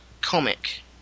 comic